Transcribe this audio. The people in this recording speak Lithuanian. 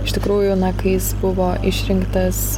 iš tikrųjų na kai jis buvo išrinktas